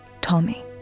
Tommy